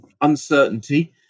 uncertainty